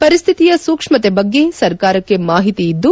ಪರಿಸ್ಥಿತಿಯ ಸೂಕ್ಷ್ಮತೆ ಬಗ್ಗೆ ಸರ್ಕಾರಕ್ಷೆ ಮಾಹಿತಿ ಇದ್ದು